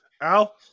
Al